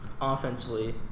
offensively